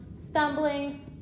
stumbling